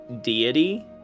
deity